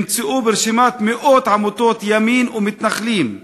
נמצאו ברשימה מאות עמותות ימין ומתנחלים,